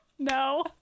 No